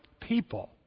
people